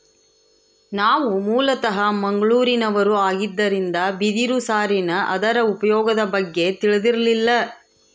ನಾವು ಮೂಲತಃ ಮಂಗಳೂರಿನವರು ಆಗಿದ್ದರಿಂದ ಬಿದಿರು ಸಾರಿನ ಅದರ ಉಪಯೋಗದ ಬಗ್ಗೆ ತಿಳಿದಿರಲಿಲ್ಲ